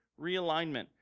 realignment